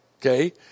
Okay